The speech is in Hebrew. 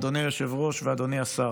אדוני היושב-ראש ואדוני השר.